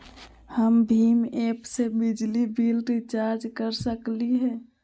हम भीम ऐप से बिजली बिल रिचार्ज कर सकली हई?